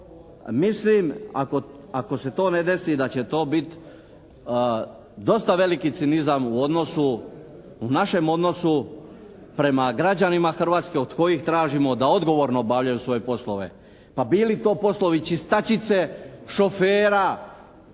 mislim ako se to ne desi da će to biti dosta veliki cinizam u odnosu, u našem odnosu prema građanima Hrvatske od kojih tražimo da odgovorno obavljaju svoje poslove, pa bili to poslovi čistačice, šofera